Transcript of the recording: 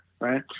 right